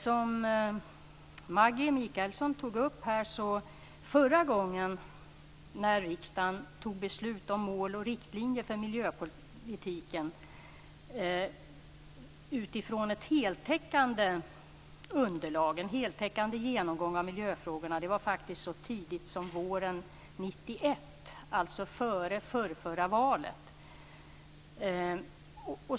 Som Maggi Mikaelsson tog upp var förra gången riksdagen tog beslut om mål och riktlinjer för miljöpolitiken utifrån en heltäckande genomgång av miljöfrågorna så tidigt som våren 1991, alltså före förrförra valet.